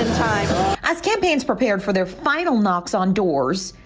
as campaigns prepared for their final knocks on doors.